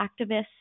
activists